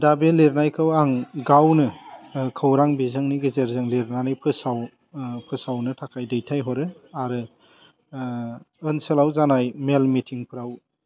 दा बे लेरनायखौ आं गावनो खौरां बिजोंनि गेजेरजों लिरनानै फोसाव फोसावनो थाखाय दैथाय हरो आरो ओनसोलाव जानाय मेल मिटिंफ्राव